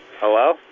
Hello